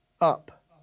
up